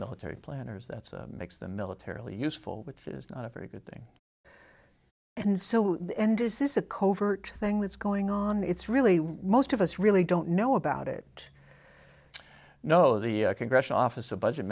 military planners that's makes them militarily useful which is not a very good thing and so the end is this a covert thing that's going on it's really most of us really don't know about it know the congressional office a budget